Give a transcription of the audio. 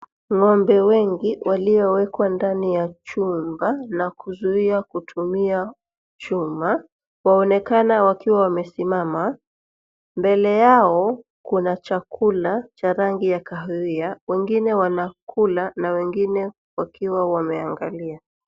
Ng'ombe wengi waliowekwa ndani ya chumba na kuzuia kutumia chuma waonekana wakiwa wamesimama. Mbele yao kuna chakula cha rangi ya kahawia. Wengine wanakula na wengine wakiwa wameangalia.